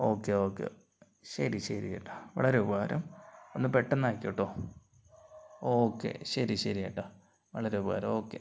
okay okay ശരി ശരി കേട്ടോ വളരെ ഉപകാരം ഒന്ന് പെട്ടെന്ന് ആയിക്കോട്ടെ കേട്ടോ ഓക്കെ ശരി ശരി കേട്ടോ വളരെ ഉപകാരം ഓക്കെ